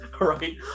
right